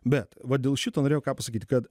bet vat dėl šito norėjau ką pasakyti kad